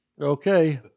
Okay